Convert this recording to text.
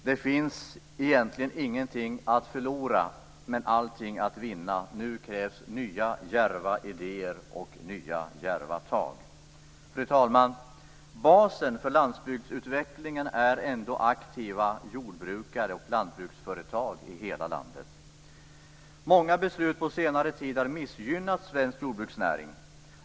Det finns egentligen ingenting att förlora men allting att vinna. Nu krävs nya djärva idéer och nya djärva tag. Fru talman! Basen för landsbygdsutvecklingen är aktiva jordbrukare och lantbruksföretag i hela landet. Många beslut har på senare tid missgynnat svensk jordbruksnäring.